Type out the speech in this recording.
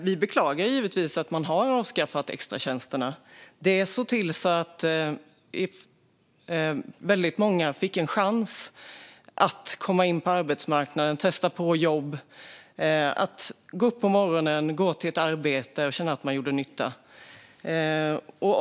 Vi beklagar givetvis att man har avskaffat extratjänsterna, där väldigt många fick en chans att komma in på arbetsmarknaden och testa på jobb, gå upp på morgonen, gå till ett arbete och känna att de gjorde nytta.